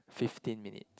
fifteen minutes